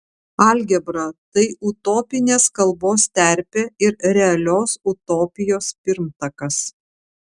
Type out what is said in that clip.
algebra tai utopinės kalbos terpė ir realios utopijos pirmtakas